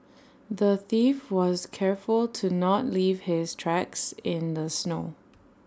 the thief was careful to not leave his tracks in the snow